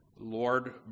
Lord